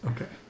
Okay